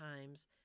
times